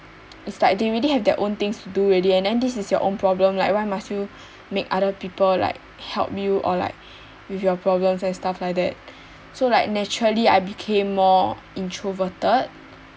is like they already have their own things to do already and then this is your own problem like why must you make other people like help you or like with your problems and stuff like that so like naturally I became more introverted